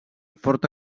forta